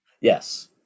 Yes